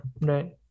right